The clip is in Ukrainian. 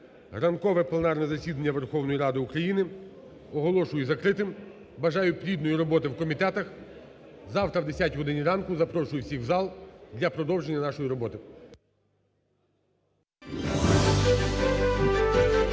ранкове пленарне засідання Верховної Ради України оголошую закритим. Бажаю плідної роботи в комітетах. Завтра о 10 годині ранку запрошую всіх в зал для продовження нашої роботи.